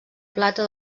plata